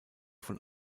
von